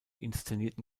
inszenierten